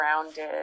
grounded